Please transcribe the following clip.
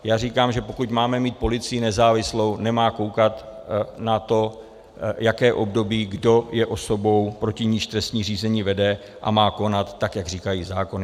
Já říkám, že pokud máme mít policii nezávislou, nemá koukat na to, jaké období, kdo je osobou, proti níž trestní řízení vede, a má konat, tak jak říkají zákony.